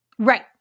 right